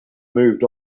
moved